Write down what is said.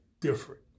different